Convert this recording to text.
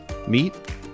meet